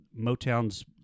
Motown's